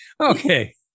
Okay